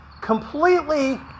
completely